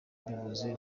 mbivuze